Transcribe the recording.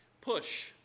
Push